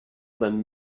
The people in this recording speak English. then